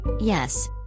Yes